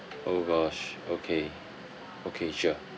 oh gosh okay okay sure